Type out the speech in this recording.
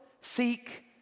seek